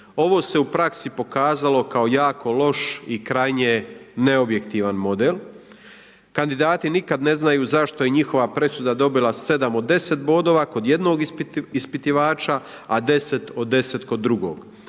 Ovo se u praksi pokazalo kao jako loš i krajnje neobjektivan model. Kandidati nikad ne znaju zašto je njihova presuda dobila 7 od 10 bodova kod jednog ispitivača, a 10 od 10 kod drugog.